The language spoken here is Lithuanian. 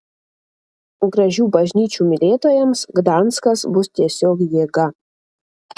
gražių bažnyčių mylėtojams gdanskas bus tiesiog jėga